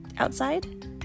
Outside